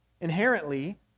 inherently